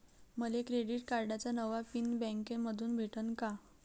मले क्रेडिट कार्डाचा नवा पिन बँकेमंधून भेटन का?